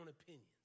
opinions